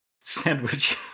Sandwich